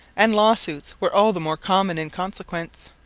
and lawsuits were all the more common in consequence.